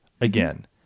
again